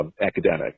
academic